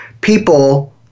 people